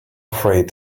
afraid